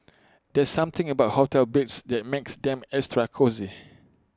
there's something about hotel beds that makes them extra cosy